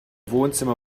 wohnzimmer